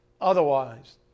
Otherwise